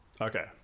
okay